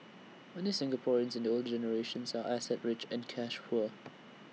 many Singaporeans in the older generations are asset rich and cash poor